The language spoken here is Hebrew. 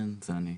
כן, זה אני.